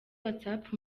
whatsapp